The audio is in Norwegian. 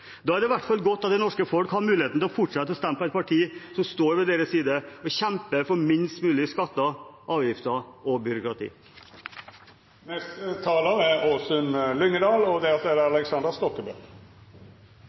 Da er det i hvert fall godt at det norske folk har muligheten til å fortsette å stemme på et parti som står ved deres side og kjemper for minst mulig skatter, avgifter og byråkrati. Først til representanten Wang Soleim. Han vet utmerket godt at vi er